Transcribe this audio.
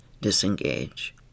disengage